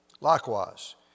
Likewise